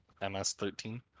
MS-13